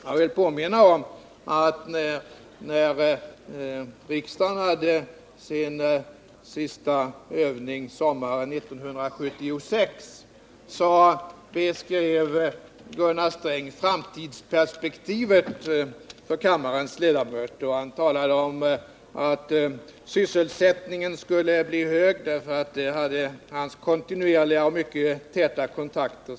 Jag vill påminna om att när riksdagen hade sin sista övning sommaren 1976 beskrev Gunnar Sträng framtidsperspektivet för kammarens ledamöter. Han sade att sysselsättningen skulle bli hög, för det hade meddelats honom vid hans kontinuerliga och mycket täta kontakter.